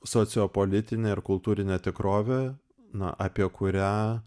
sociopolitinė ir kultūrinė tikrovė na apie kurią